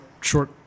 short